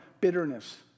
bitterness